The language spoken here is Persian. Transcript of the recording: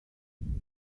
پاهای